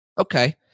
Okay